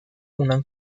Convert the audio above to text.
una